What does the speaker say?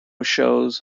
shows